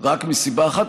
רק מסיבה אחת,